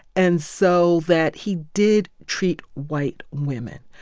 and so that he did treat white women.